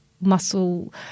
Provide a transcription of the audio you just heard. muscle